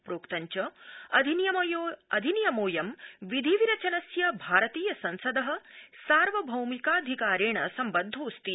प्रोक्तं च अधिनियमोऽवं विधि विरचनस्य भारतीय संसद सार्वभौमिकाधिकारेण सम्बद्वोऽस्ति